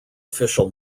official